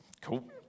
cool